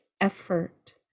effort